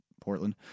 Portland